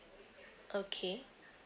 okay